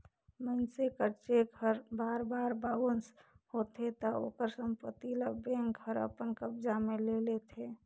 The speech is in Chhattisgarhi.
मइनसे कर चेक हर बार बार बाउंस होथे ता ओकर संपत्ति ल बेंक हर अपन कब्जा में ले लेथे